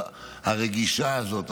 הרגישה הזו,